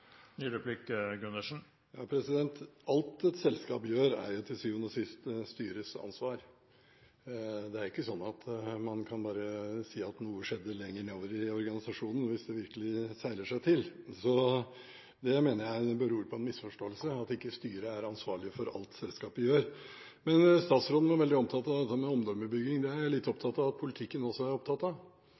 Alt et selskap gjør, er til syvende og sist styrets ansvar. Det er ikke sånn at man bare kan si at noe skjedde lenger nedover i organisasjonen, hvis det virkelig strammer til. Det at ikke styret er ansvarlig for alt selskapet gjør, mener jeg beror på en misforståelse. Statsråden var veldig opptatt av dette med omdømmebygging. Det er jeg litt opptatt av at politikken også er.